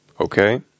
Okay